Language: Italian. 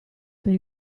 per